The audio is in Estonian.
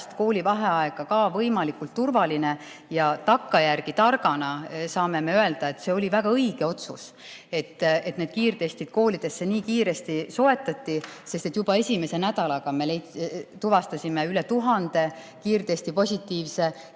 koolivaheaega võimalikult turvaline. Ja takkajärgi targana saame me öelda, et see oli väga õige otsus, et need kiirtestid koolidesse nii kiiresti soetati, sest et juba esimese nädalaga me tuvastasime üle 1000 positiivse